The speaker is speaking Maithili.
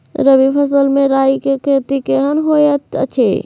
रबी फसल मे राई के खेती केहन होयत अछि?